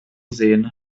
sehen